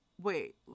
wait